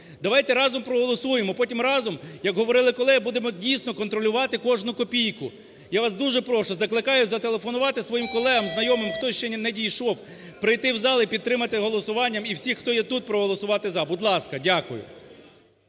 Давайте разом проголосуємо, потім разом як говорили колеги будемо, дійсно, контролювати кожну копійку. Я вас дуже прошу і закликаю зателефонувати своїм колегам, знайомим, хто ще не надійшов, прийти в зал і підтримати голосуванням, і всіх, хто є тут проголосувати "за", будь ласка. Дякую.